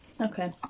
Okay